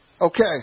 Okay